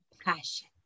passion